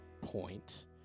point